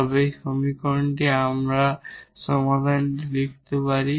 তবে এই সমীকরণটি আমরা সমাধানটি লিখতে পারি